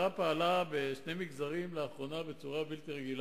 לאחרונה המשטרה